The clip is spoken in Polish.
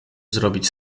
zrobić